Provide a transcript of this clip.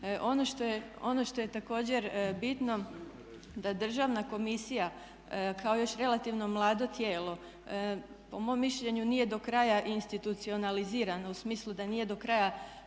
Ono što je također bitno da Državna komisija kao još relativno mlado tijelo po mom mišljenju nije do kraja institucionalizirana u smislu da nije do kraja